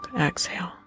exhale